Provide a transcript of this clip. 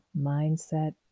Mindset